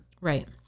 Right